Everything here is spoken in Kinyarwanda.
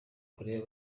korea